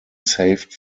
saved